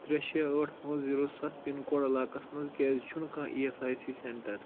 ترٛےٚ شیٚے ٲٹھ پانٛژھ زیٖرو ستھ پِن کوڈ علاقس منٛز کیازِ چھُنہٕ کانٛہہ E S I C centre